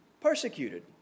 persecuted